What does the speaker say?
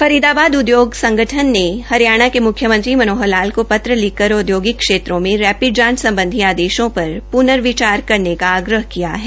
फरीदाबाद उदयोग संगठन ने हरियाणा के मुख्यमंत्री मनोहर लाल को पत्र लिखकर औद्योगिकी क्षेत्रों में रैपिड जांच सम्बधी आदेशों पर प्नविचार करने का आग्रह किया है